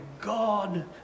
God